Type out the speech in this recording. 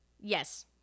Yes